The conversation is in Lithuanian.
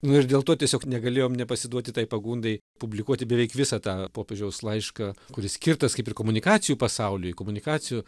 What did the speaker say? nu ir dėl to tiesiog negalėjom nepasiduoti tai pagundai publikuoti beveik visą tą popiežiaus laišką kuris skirtas kaip ir komunikacijų pasauliui komunikacijų